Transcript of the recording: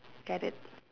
grab it